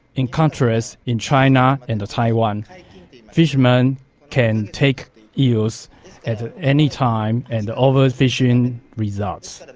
in contrast, in china and taiwan fishermen can take eels at any time, and overfishing results.